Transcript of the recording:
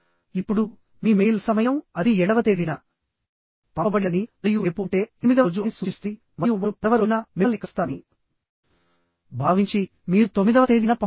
ఇప్పుడు మీ మెయిల్ సమయం అది ఏడవ తేదీన పంపబడిందని మరియు రేపు అంటే ఎనిమిదవ రోజు అని సూచిస్తుంది మరియు వారు పదవ రోజున మిమ్మల్ని కలుస్తారని భావించి మీరు తొమ్మిదవ తేదీన పంపుతున్నారు